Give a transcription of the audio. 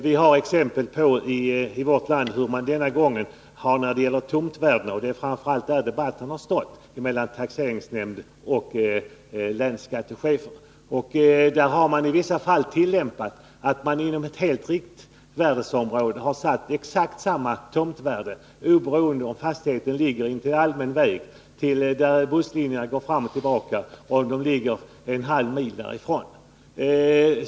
Debatten mellan taxeringsnämnder och länsskattechefer har under den här taxeringen framför allt stått om tomtvärdena. Det finns exempel på att man inom ett helt riktvärdesområde har satt exakt samma tomtvärde, oberoende av om fastigheten ligger intill allmän väg, där bussarna går fram och tillbaka, eller om den ligger en halvmil därifrån.